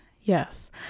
yes